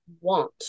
Want